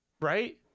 right